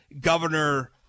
Governor